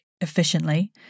efficiently